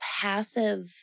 passive